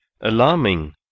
alarming